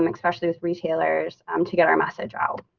especially with retailers um to get our message out.